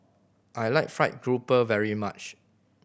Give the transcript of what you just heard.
I like fried grouper very much